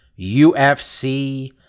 UFC